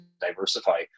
diversify